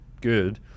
good